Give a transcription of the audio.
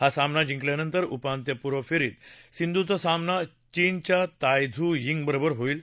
हा सामना जिकल्यानंतर उपात्यपूर्व फेरीत सिंधूचा सामना चीनच्या ताय झू यिंगबरोबर होईल